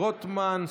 שמחה רוטמן,